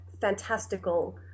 fantastical